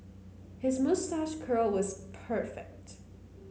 his moustache curl is perfect